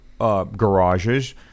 Garages